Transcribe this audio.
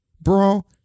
Bro